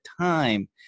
time